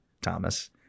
Thomas